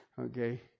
Okay